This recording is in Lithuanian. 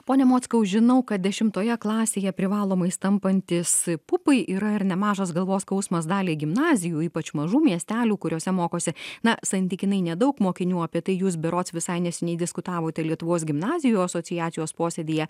pone mockau žinau kad dešimtoje klasėje privalomais tampantis pupai yra ir nemažas galvos skausmas daliai gimnazijų ypač mažų miestelių kuriuose mokosi na santykinai nedaug mokinių apie tai jūs berods visai neseniai diskutavote lietuvos gimnazijų asociacijos posėdyje